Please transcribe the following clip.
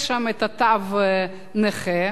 יש שם תו נכה,